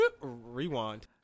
Rewind